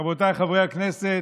רבותיי חברי הכנסת,